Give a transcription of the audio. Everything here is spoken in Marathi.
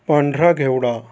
पांढरा घेवडा